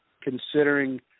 considering